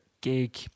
gig